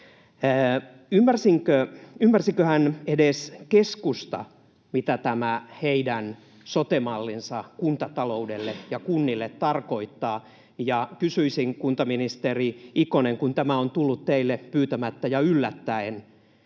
Ymmärsiköhän edes keskusta, mitä tämä heidän sote-mallinsa kuntataloudelle ja kunnille tarkoittaa? Kysyisin, kuntaministeri Ikonen, kun tämä on tullut teille pyytämättä ja yllättäen: